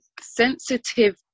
sensitive